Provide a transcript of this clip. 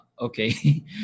okay